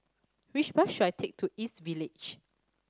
which bus should I take to East Village